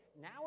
now